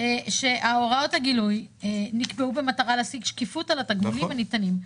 שהוראות הגילוי נקבעו במטרה להשיג שקיפות על התגמולים הניתנים.